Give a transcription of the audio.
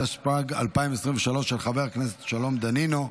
התשפ"ג 2023, של חבר הכנסת שלום דנינו.